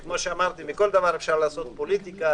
שכמו שאמרתי, מכל דבר אפשר לעשות פוליטיקה